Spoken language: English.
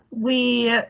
we.